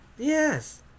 Yes